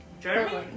Jeremy